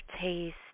taste